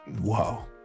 Wow